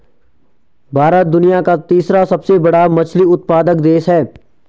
भारत दुनिया का तीसरा सबसे बड़ा मछली उत्पादक देश है